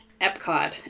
Epcot